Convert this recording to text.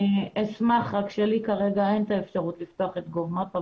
אני אשמח אלא שלי כרגע אין את האפשרות לפתוח את Gov mape.